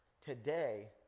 today